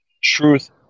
Truth